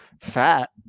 fat